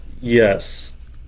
yes